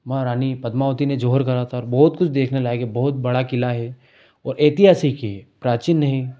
महारानी पद्मावती ने जौहर करा था और बहुत कुछ देखने लायक है बहुत बड़ा किला है और ऐतिहासिक है प्राचीन नहीं